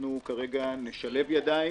אנחנו כרגע נשלב ידיים.